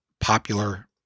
popular